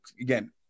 again